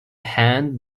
hand